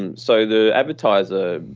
and so the advertiser,